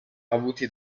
avuti